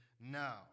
now